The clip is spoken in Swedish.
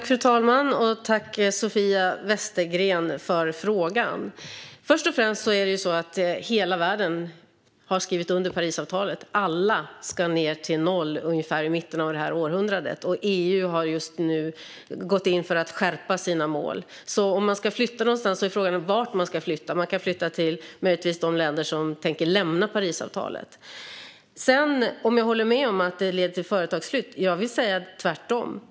Fru talman! Tack, Sofia Westergren, för frågan! Först och främst är det så att hela världen har skrivit under Parisavtalet. Alla ska ned till noll ungefär i mitten av detta århundrade. EU har just nu gått in för att skärpa sina mål. Om man ska flytta någonstans är alltså frågan vart man ska flytta; man kan möjligtvis flytta till de länder som tänker lämna Parisavtalet. Håller jag med om att miljökraven leder till företagsflytt? Jag skulle säga att det är tvärtom.